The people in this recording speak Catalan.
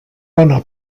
bona